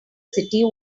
city